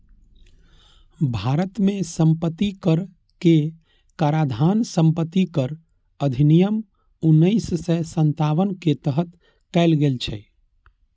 भारत मे संपत्ति कर के काराधान संपत्ति कर अधिनियम उन्नैस सय सत्तावन के तहत कैल गेल छै